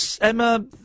Emma